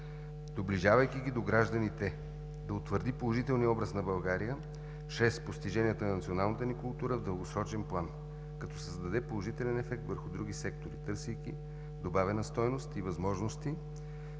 доближавайки ги до гражданите, да утвърди положителния образ на България чрез постиженията на националната ни култура в дългосрочен план, като създаде положителен ефект върху други сектори, търсейки добавена стойност и възможности